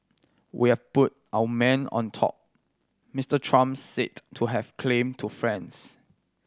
we have put our man on top Mister Trump said to have claimed to friends